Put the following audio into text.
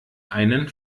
einen